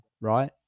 right